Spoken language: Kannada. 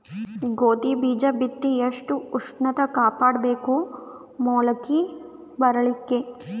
ಗೋಧಿ ಬೀಜ ಬಿತ್ತಿ ಎಷ್ಟ ಉಷ್ಣತ ಕಾಪಾಡ ಬೇಕು ಮೊಲಕಿ ಬರಲಿಕ್ಕೆ?